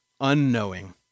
unknowing